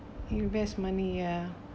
invest money ya